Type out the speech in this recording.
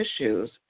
issues